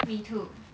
me too